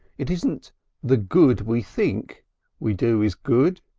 it isn't the good we think we do is good.